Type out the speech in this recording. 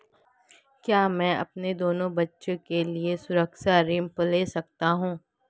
क्या मैं अपने दोनों बच्चों के लिए शिक्षा ऋण ले सकता हूँ?